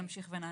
נענה.